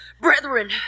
Brethren